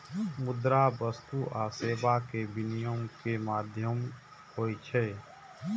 मुद्रा वस्तु आ सेवा के विनिमय के माध्यम होइ छै